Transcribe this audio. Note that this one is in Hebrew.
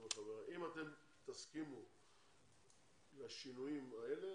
החברים שאם אתם תסכימו לשינויים האלה,